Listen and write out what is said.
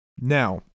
Now